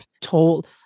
told